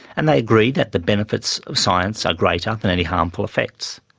and they agree that the benefits of science are greater than any harmful effects.